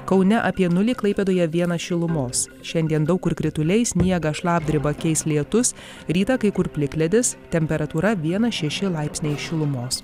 kaune apie nulį klaipėdoje vienas šilumos šiandien daug kur krituliai sniegą šlapdribą keis lietus rytą kai kur plikledis temperatūra vienas šeši laipsniai šilumos